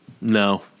No